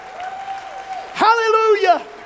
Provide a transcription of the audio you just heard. hallelujah